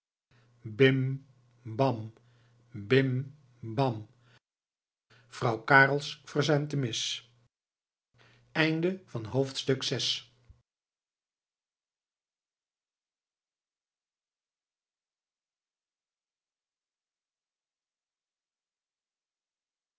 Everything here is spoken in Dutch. bim bam bim bam vrouw carels verzuimt de mis